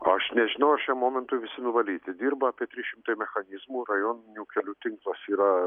aš nežinau ar šiam momentui visi nuvalyti dirba apie trys šimtai mechanizmų rajoninių kelių tinklas yra